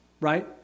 right